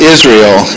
Israel